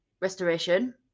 restoration